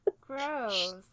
Gross